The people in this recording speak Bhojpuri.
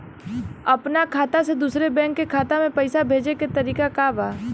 अपना खाता से दूसरा बैंक के खाता में पैसा भेजे के तरीका का बा?